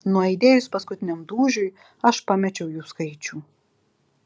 nuaidėjus paskutiniam dūžiui aš pamečiau jų skaičių